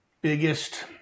biggest